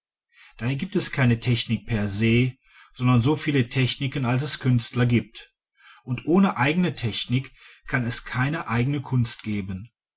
daher gibt es keine technik per se sondern so viele techniken als es künstler gibt und ohne eigene technik kann es keine eigene kunst geben